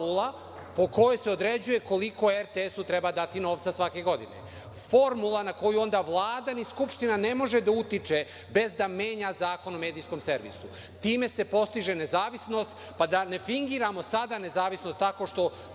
po kojoj se određuje koliko RTS-u treba dati novca svake godine. Formula na koju onda ni Vlada ni Skupština ne može da utiče bez da menja Zakon o medijskom servisu. Time se postiže nezavisnost, pa da ne fingiramo sada nezavisnost tako što